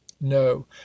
no